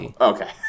okay